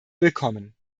willkommen